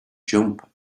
jump